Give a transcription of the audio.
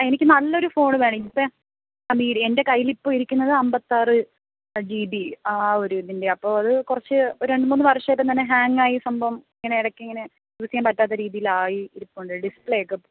എനിക്ക് നല്ലൊരു ഫോണ് വേണം ഇപ്പം ആ മീഡിയം എൻ്റെ കയ്യിലിപ്പം ഇരിക്കുന്നത് അമ്പത്താറ് ജീ ബി ആ ഒരു ഇതിൻ്റെ അപ്പോൾ അത് കുറച്ച് ഒരു രണ്ട് മൂന്ന് വർഷം ഇതങ്ങനെ ഹേങ്ങായി സംഭവം ഇങ്ങനെ ഇടയ്ക്ക് ഇങ്ങനെ യൂസ് ചെയ്യാൻ പറ്റാത്ത രീതിയിലായി ഇരിപ്പുണ്ട് ഡിസ്പ്ലേയൊക്കെ